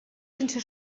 sense